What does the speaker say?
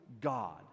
God